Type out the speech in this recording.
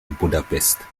budapest